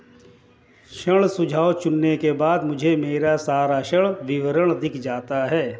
ऋण सुझाव चुनने के बाद मुझे मेरा सारा ऋण विवरण दिख जाता है